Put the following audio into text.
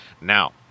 Now